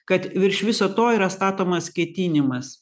kad virš viso to yra statomas ketinimas